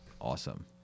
Awesome